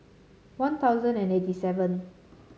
One Thousand and eighty seven